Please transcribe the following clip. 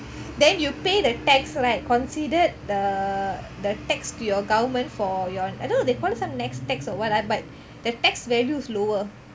then you pay the tax right considered the the tax to your government for your I don't know they call it some next tax or [what] ah but the tax value is lower